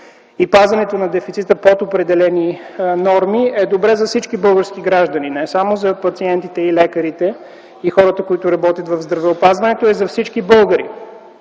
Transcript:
и пазенето на дефицита под определени норми е добре за всички български граждани – не само за пациентите и лекарите и хората, които работят в здравеопазването, а е за всички българи,